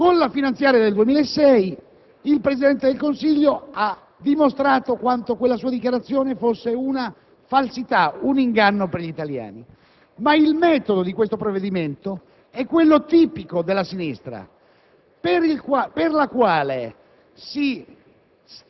Conla finanziaria del 2006 il Presidente del Consiglio ha dimostrato quanto quella sua dichiarazione fosse una falsità, un inganno per gli italiani, ma il metodo del provvedimento è quello tipico della sinistra per la quale si